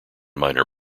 minor